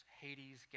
Hades